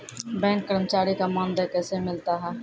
Bank कर्मचारी का मानदेय कैसे मिलता हैं?